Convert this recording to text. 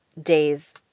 days